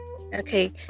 okay